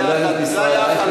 חבר הכנסת ישראל אייכלר.